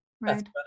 right